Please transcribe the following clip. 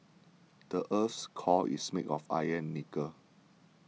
the earth's core is made of iron and nickel